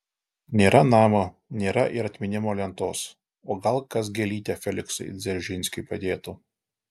nėra namo nėra ir atminimo lentos o gal kas gėlytę feliksui dzeržinskiui padėtų